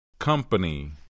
Company